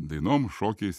dainom šokiais